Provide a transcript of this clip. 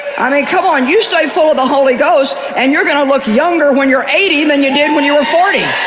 i mean, come on, you stay full of the holy ghost and you're going to look younger when you're eighty than you did when you were forty.